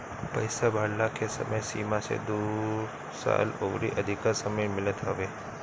पईसा भरला के समय सीमा से दू साल अउरी अधिका समय मिलत हवे